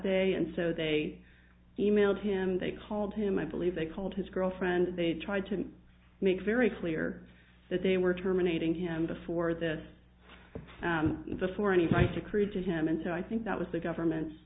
day and so they e mailed him they called him i believe they called his girlfriend they tried to make very clear that they were terminating him before this the for any fight accrued to him and so i think that was the government's